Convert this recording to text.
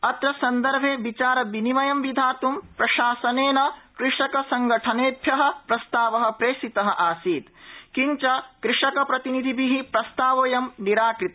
अत्र सन्दर्भे विचार विनिमयं विधात् प्रशासनेन कृषकसंगठनेभ्यः प्रस्तावः प्रेषितः सीत किंच कृषकप्रतिनिधिभिः प्रस्तावोयं निराकृतः